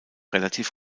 relativ